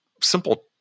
simple